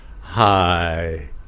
hi